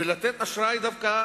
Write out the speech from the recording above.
ולתת אשראי דווקא